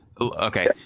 Okay